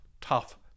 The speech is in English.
tough